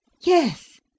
Yes